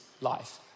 life